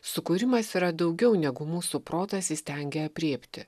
sukūrimas yra daugiau negu mūsų protas įstengia aprėpti